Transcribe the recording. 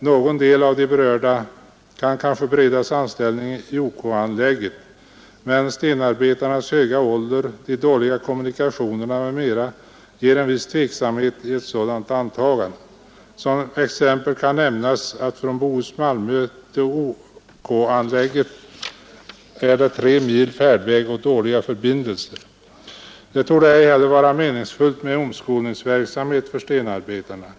Någon del av de berörda kan kanske beredas anställning i OK-anlägget, men stenarbetarnas höga ålder, de dåliga kommunikationerna, m.m. ger en viss tveksamhet i sådant antagande. Som exempel kan nämnas att från Bohus Malmön till OK-anlägget är det 3 mil färdväg och dåliga förbindelser. Det torde ej heller vara meningsfullt med omskolningsverksamhet för stenarbetarna.